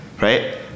right